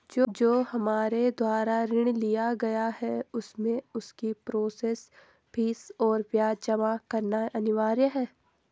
जो हमारे द्वारा ऋण लिया गया है उसमें उसकी प्रोसेस फीस और ब्याज जमा करना अनिवार्य है?